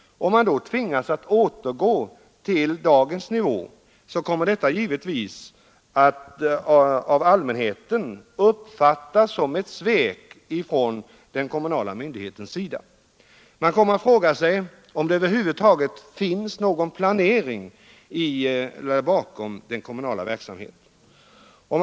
Om man då tvingas återgå till dagens nivå kommer det givetvis att av allmänheten uppfattas som ett svek från den kommunala myndigheten. Man kommer att fråga sig om det över huvud taget finns någon planering bakom den kommunala verksamheten.